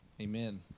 amen